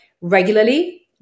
regularly